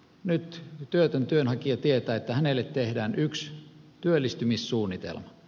nyt työtön työnhakija tietää että hänelle tehdään yksi työllistymissuunnitelma